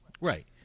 Right